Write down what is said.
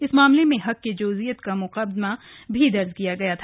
इस मामले में हक्के जोजियत का मुकदमा भी दर्ज किया गया था